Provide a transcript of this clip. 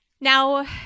Now